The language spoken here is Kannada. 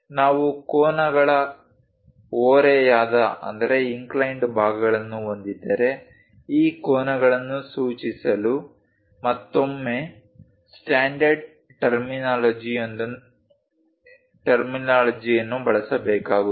ನಾವು ಕೋನಗಳ ಓರೆಯಾದ ಭಾಗಗಳನ್ನು ಹೊಂದಿದ್ದರೆ ಈ ಕೋನಗಳನ್ನು ಸೂಚಿಸಲು ಮತ್ತೊಮ್ಮೆ ಸ್ಟ್ಯಾಂಡರ್ಡ್ ಟರ್ಮಿನೋಲಜಿಯನ್ನು ಬಳಸಬೇಕಾಗುತ್ತದೆ